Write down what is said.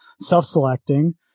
self-selecting